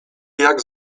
jak